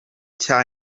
cya